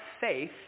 faith